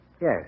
Yes